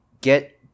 get